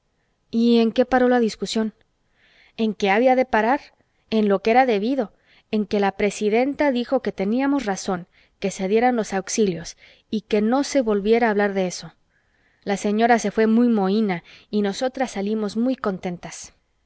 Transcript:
y en qué paró la discusión en qué había de parar en lo que era debido en que la presidenta dijo que teníamos razón que se dieran los auxilios y que no se volviera a hablar de eso la señora se fué mohina y nosotras salimos muy contentas